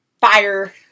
fire